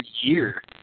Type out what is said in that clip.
year